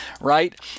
right